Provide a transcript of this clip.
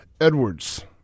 Edwards